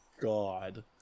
god